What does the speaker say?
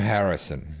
Harrison